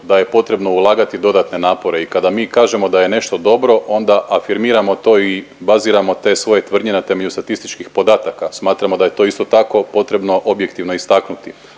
da je potrebno ulagati dodatne napore i kada mi kažemo da je nešto dobro onda afirmiramo to i baziramo te svoje tvrdnje na temelju statističkih podataka. Smatramo da je to isto tako potrebno objektivno istaknuti,